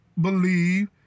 believe